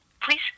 please